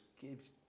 gives